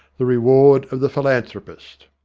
the reward of the philanthropist.